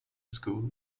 school